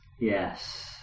Yes